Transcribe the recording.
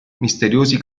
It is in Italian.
misteriosi